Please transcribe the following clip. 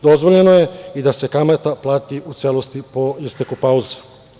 Dozvoljeno je i da se kamata plati u celosti po isteku pauze.